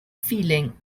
feeling